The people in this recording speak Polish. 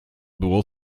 było